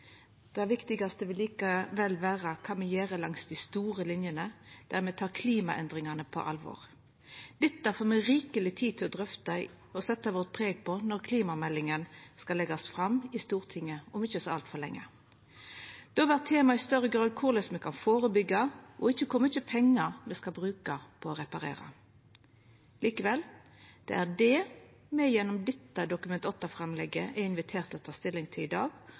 Det viktigaste vil likevel vera kva me gjer langs dei store linjene, der me tek klimaendringane på alvor. Dette får me rikeleg tid til å drøfta og setja vårt preg på når klimameldinga skal leggjast fram i Stortinget om ikkje altfor lenge. Då vert temaet i større grad korleis me kan førebyggja, og ikkje kor mykje pengar me skal bruka på å reparera. Likevel – det er det me gjennom dette Dokument 8-framlegget er inviterte til å ta stilling til i dag,